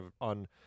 on